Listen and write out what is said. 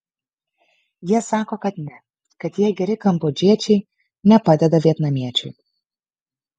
jie sako kad ne kad jie geri kambodžiečiai nepadeda vietnamiečiui